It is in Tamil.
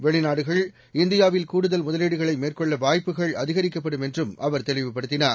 வெளிநாடுகள் இந்தியாவில் கூடுதல் முதலீடுகளைமேற்கொள்ளவாய்ப்புகள் அதிகரிக்கப்படும் என்றும் அவர் தெளிவுபடுத்தினார்